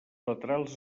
laterals